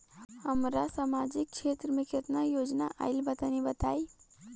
हमरा समाजिक क्षेत्र में केतना योजना आइल बा तनि बताईं?